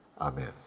Amen